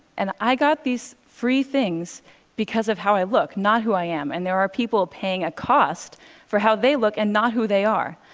and i got these free things because of how i look, not who i am, and there are people paying a cost for how they look and not who they are.